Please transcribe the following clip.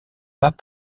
pas